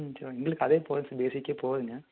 எங்களுக்கு அதே போதும் பேசிக்கே போதுங்க